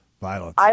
Violence